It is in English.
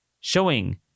showing